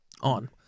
on